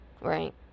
right